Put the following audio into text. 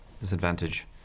Disadvantage